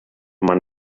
man